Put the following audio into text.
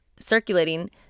circulating